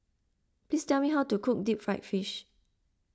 please tell me how to cook Deep Fried Fish